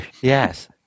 Yes